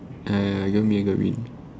ya ya ya i got what you mean i got what you mean